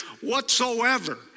whatsoever